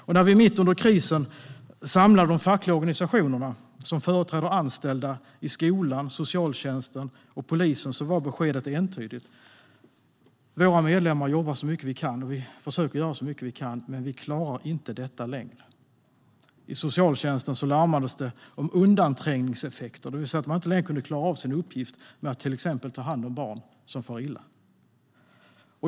När regeringen mitt under krisen samlade de fackliga organisationer som företräder anställda i skolan, socialtjänsten och polisen var beskedet entydigt: Medlemmarna jobbar så mycket de kan, och de försöker göra så mycket de kan, men de klarar inte detta längre. I socialtjänsten larmades det om undanträngningseffekter, det vill säga att de inte längre kunde klara av sin uppgift att till exempel ta hand om barn som far illa.